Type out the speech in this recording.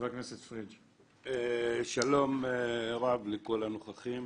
שלום רב לכל הנוכחים.